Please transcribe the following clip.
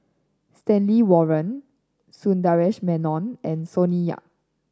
Stanley Warren Sundaresh Menon and Sonny Yap